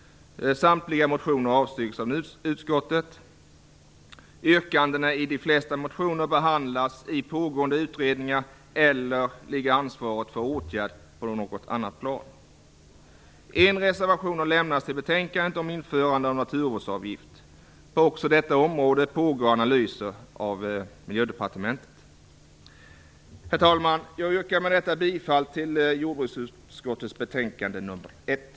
Samtliga motioner avstyrks av utskottet. Yrkandena i de flesta motionerna behandlas i pågående utredningar, eller också ligger ansvaret för åtgärder på något annat plan. En reservation om införande av naturvårdsavgift har lämnats till betänkandet. Även på detta område pågår analyser hos Miljödepartementet. Herr talman! Jag yrkar med detta bifall till utskottets hemställan i jordbruksutskottets betänkande nr 1.